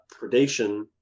predation